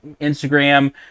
Instagram